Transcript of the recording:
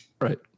Right